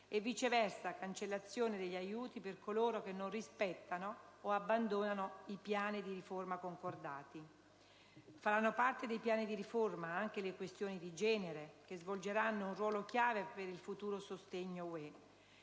e, viceversa, cancellazione degli aiuti per coloro che non rispettano o abbandonano i piani di riforma concordati. Faranno parte dei piani di riforma anche le questioni di genere, che svolgeranno un ruolo chiave per il futuro sostegno UE.